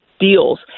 deals